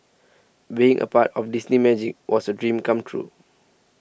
being a part of Disney Magic was a dream come true